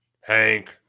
Hank